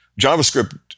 JavaScript